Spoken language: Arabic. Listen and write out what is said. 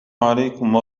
عليكم